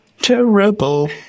terrible